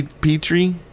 Petri